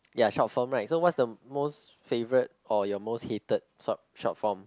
ya short form right so what's the most favourite or your most hated short short form